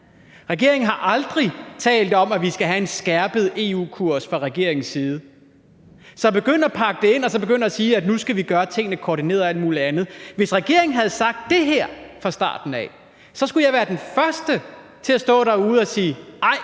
regeringen har aldrig talt om, at vi skal have en skærpet EU-kurs fra regeringens side. Så kan man begynde at pakke det ind og sige, at vi nu skal gøre tingene koordineret og alt muligt andet. Hvis regeringen havde sagt det her fra starten af, skulle jeg være den første til at stå derude og sige: Ej,